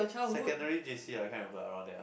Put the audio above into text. secondary J_C I can't remember around there ah